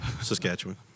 Saskatchewan